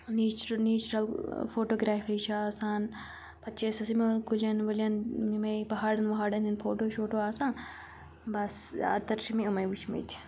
nature نیچرَل فوٹوگرافی چھِ آسان پَتہٕ چھِ أسۍ آسان یِمن کُلٮ۪ن وُلٮ۪ن یِمَے پہاڑَن وہاڑَن ہِنٛدۍ فوٹو شوٹو آسان بَس زیادٕ تَر چھِ مےٚ اِمَے وٕچھمٕتۍ